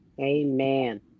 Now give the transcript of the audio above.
Amen